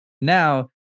Now